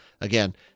again